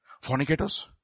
fornicators